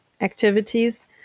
activities